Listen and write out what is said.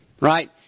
right